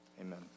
amen